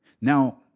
Now